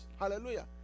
Hallelujah